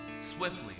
swiftly